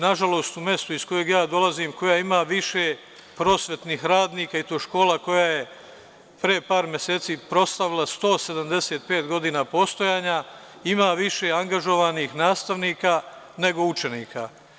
Nažalost u mestu iz kojeg ja dolazim koje ima više prosvetnih radnika ima škola koja je pre par meseci proslavila 175 godina postojanja, ima više angažovanih nastavnika nego učenika.